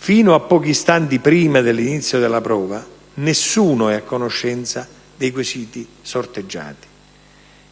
Fino a pochi istanti prima dell'inizio della prova, nessuno è a conoscenza dei quesiti sorteggiati.